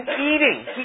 eating